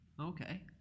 okay